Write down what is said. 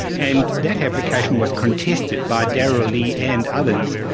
and that application was contested by darryl lea and others,